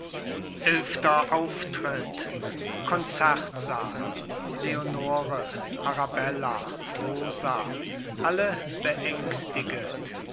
eilfter auftritt konzertsaal leonore arabella rosa alle beängstiget